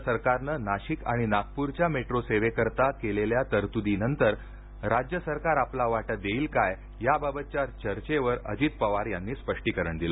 केंद्र सरकारनं नाशिक आणि नागपूरच्या मेट्रो सेवेकरीता केलेल्या तरतूदीनंतर राज्य सरकार आपला वाटा देईल काय याबाबतच्या चर्चेवर अजित पवार यांनी स्पष्टीकरण दिलं